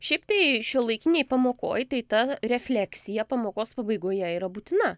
šiaip tai šiuolaikinėj pamokoj tai ta refleksija pamokos pabaigoje yra būtina